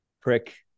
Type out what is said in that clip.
prick